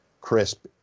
crisp